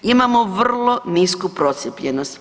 Imamo vrlo nisku procijepljenost.